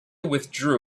withdrew